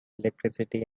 electricity